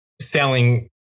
selling